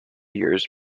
years